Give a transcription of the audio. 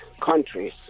countries